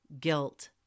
guilt